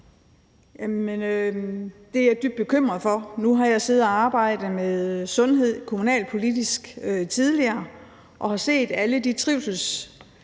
det er jeg dybt bekymret for. Nu har jeg tidligere siddet og arbejdet med sundhed kommunalpolitisk og har set alle de